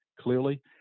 Clearly